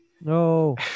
No